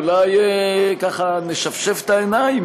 אולי ככה נשפשף את העיניים,